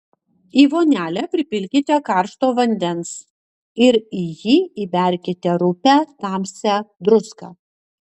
į vonelę pripilkite karšto vandens ir į jį įberkite rupią tamsią druską